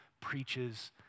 preaches